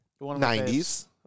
90s